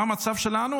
מה המצב שלנו,